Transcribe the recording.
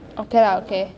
okay lah okay